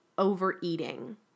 Overeating